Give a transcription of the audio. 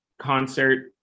concert